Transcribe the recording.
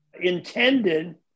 intended